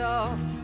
off